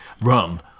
run